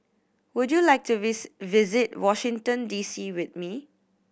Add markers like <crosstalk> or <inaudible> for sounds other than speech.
would you like to <unintelligible> visit Washington D C with me